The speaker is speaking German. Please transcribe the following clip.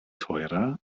teurer